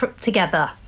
together